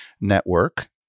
network